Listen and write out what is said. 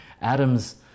Adam's